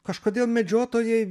kažkodėl medžiotojai